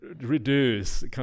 reduce